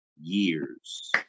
years